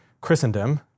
Christendom